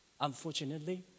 Unfortunately